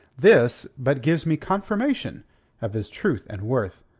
this but gives me confirmation of his truth and worth.